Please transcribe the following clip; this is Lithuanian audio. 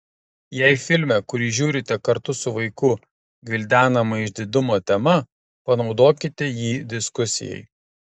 jei filme kurį žiūrite kartu su vaiku gvildenama išdidumo tema panaudokite jį diskusijai